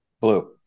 Blue